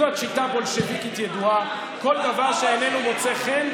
זו שיטה בולשביקית ידועה: כל דבר שאיננו מוצא חן,